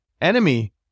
enemy